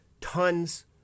tons